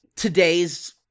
today's